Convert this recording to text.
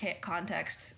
context